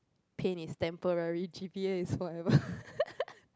pain is temporary g_p_a is forever